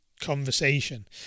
conversation